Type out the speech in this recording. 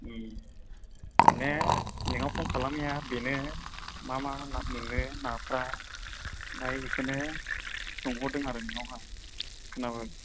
उम माने नोंनाव फन खालामनाया बेनो मा मा ना मोनो नाफ्रा ओमफ्राय बेखौनो सोंहरदों आरो नोंनावहाय खोनाबाय